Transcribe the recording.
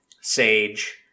sage